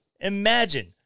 imagine